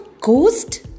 ghost